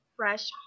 fresh